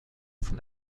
von